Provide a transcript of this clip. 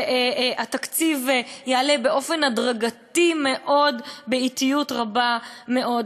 התקציב יעלה באופן הדרגתי מאוד, באטיות רבה מאוד.